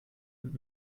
und